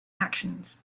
actions